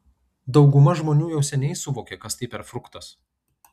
dauguma žmonių jau seniai suvokė kas tai per fruktas